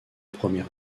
premier